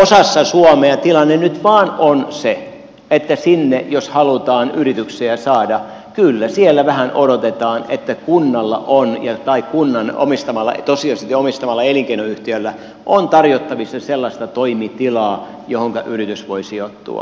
osassa suomea tilanne nyt vaan on se että jos sinne halutaan yrityksiä saada kyllä siellä vähän odotetaan että kunnalla tai kunnan tosiasiallisesti omistamalla elinkeinoyhtiöllä on tarjottavissa sellaista toimitilaa johonka yritys voi sijoittua